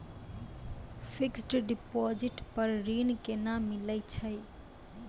Fixed deposit पर ऋण केना मिलै छै?